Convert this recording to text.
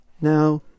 Now